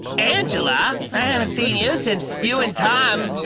angela! i haven't seen you since you and tom.